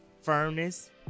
firmness